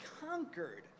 conquered